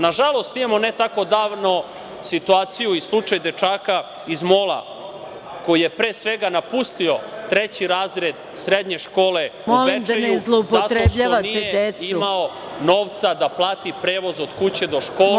Nažalost, imamo ne tako davno situaciju i slučaj dečaka iz Mola koji je, pre svega, napustio treći razred srednje škole u Bečeju zato što nije imao novca da plati prevoz od kuće od škole…